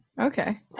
Okay